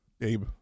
Abe